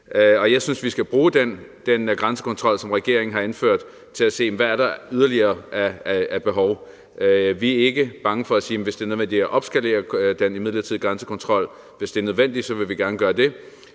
jeg synes, vi skal bruge den grænsekontrol, som regeringen har indført, til at se, hvad der yderligere er af behov. Vi er ikke bange for at sige, at hvis det er nødvendigt at opskalere den midlertidige grænsekontrol, vil vi gerne gøre det.